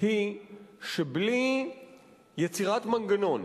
היא שבלי יצירת מנגנון,